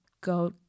go